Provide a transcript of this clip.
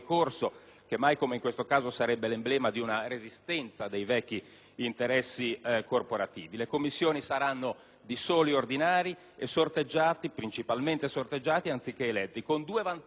che mai come in questo caso sarebbe l'emblema di una resistenza dei vecchi interessi corporativi. Le commissioni saranno composte da soli ordinari, principalmente sorteggiati anziché eletti. Vi saranno